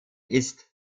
ist